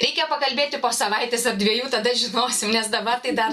reikia pakalbėti po savaitės ar dviejų tada žinosim nes dabar tai dar